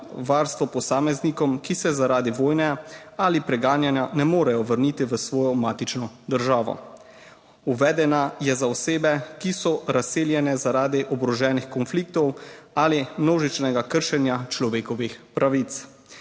varstvo posameznikom, ki se zaradi vojne ali preganjanja ne morejo vrniti v svojo matično državo. Uvedena je za osebe, ki so razseljene zaradi oboroženih konfliktov ali množičnega kršenja človekovih pravic.